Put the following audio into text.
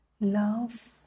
love